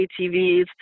ATVs